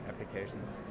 applications